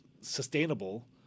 sustainable